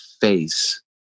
face